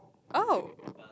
oh